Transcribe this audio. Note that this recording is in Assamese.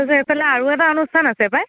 তাৰ পিছত এইফালে আৰু এটা অনুষ্ঠান আছে পায়